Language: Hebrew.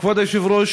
כבוד היושב-ראש,